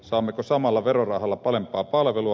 saammeko samalla verorahalla parempaa palvelua